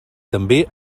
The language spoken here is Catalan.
també